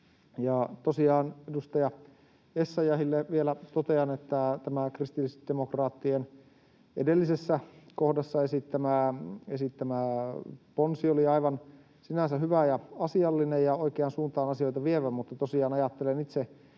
Edustaja Essayahille vielä totean, että tämä kristillisdemokraattien edellisessä kohdassa esittämä ponsi oli aivan sinänsä hyvä ja asiallinen ja oikeaan suuntaan asioita vievä, mutta tosiaan ajattelen itse